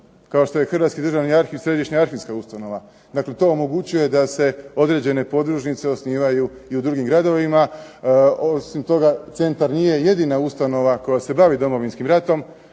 kao što je Hrvatski državni arhiv središnja arhivska ustanova, dakle to omogućuje da se određene podružnice osnivaju i u drugim gradovima. Osim toga centar nije jedina ustanova koja se bavi Domovinskim ratom.